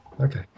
Okay